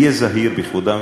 היה זהיר בכבודם,